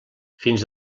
fins